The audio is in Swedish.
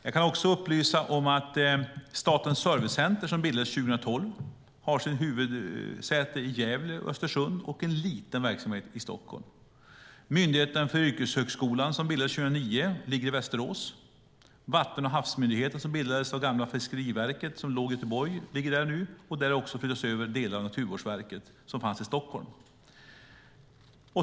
Jag kan också upplysa om att Statens servicecenter, som bildades 2012, har sitt huvudsäte i Gävle och Östersund och en liten verksamhet i Stockholm. Myndigheten för yrkeshögskolan, som bildades 2009, finns i Västerås. Havs och vattenmyndigheten, som bildades av det gamla Fiskeriverket i Göteborg, finns också i Göteborg. Dit har man också flyttat över delar av Naturvårdsverket som funnits i Stockholm.